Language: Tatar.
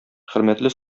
хөрмәтле